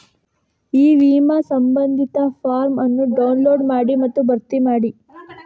E ವಿಮಾ ಸಂಬಂಧಿತ form ಅನ್ನು ಡೌನ್ಲೋಡ್ ಮಾಡಿ ಮತ್ತು ಭರ್ತಿ ಮಾಡಿ